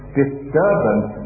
disturbance